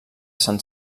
sant